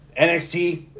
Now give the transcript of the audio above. NXT